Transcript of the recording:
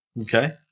Okay